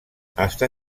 està